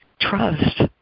trust